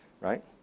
right